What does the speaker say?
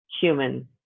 human